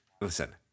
listen